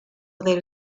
del